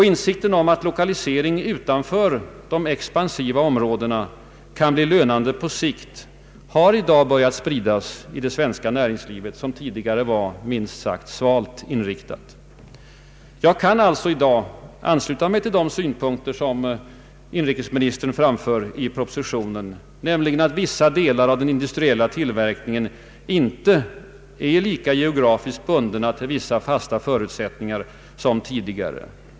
Insikten om att lokalisering utanför de expansiva områdena kan bli lönande på sikt har i dag börjat spridas inom det svenska näringslivet, som tidigare var minst sagt svalt i sin inställning. Jag kan alltså i dag ansluta mig till de synpunkter som inrikesministern framför i propositionen, nämligen att vissa delar av den industriella tillverkningen inte är lika geografiskt bundna till vissa fasta förutsättningar som tidigare.